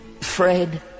Fred